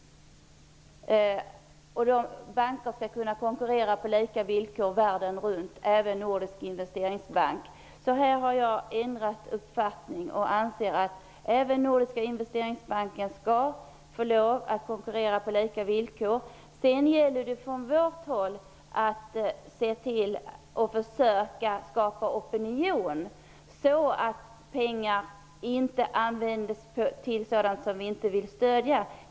Banker skall alltså världen runt kunna konkurrera på lika villkor; det gäller även nordisk investeringsbank. Jag har alltså ändrat uppfattning på denna punkt, och den är nu att även Nordiska investeringsbanken skall få lov att konkurrera på lika villkor. Sedan gäller det för oss att försöka skapa opinion, så att pengarna inte används till sådant som vi inte vill stödja.